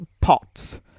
pots